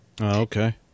Okay